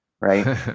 Right